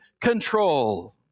control